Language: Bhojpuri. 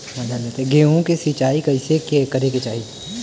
गेहूँ के सिंचाई कइसे करे के चाही?